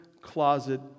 closet